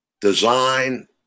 design